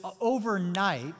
overnight